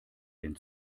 den